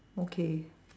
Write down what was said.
okay